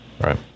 Right